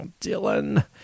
Dylan